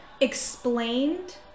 explained